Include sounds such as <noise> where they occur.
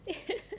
<laughs>